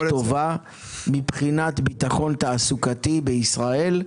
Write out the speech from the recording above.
טובה בביטחון התעסוקתי בישראל.